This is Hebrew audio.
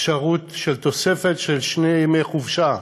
אפשרות של תוספת של שני ימי חופשה,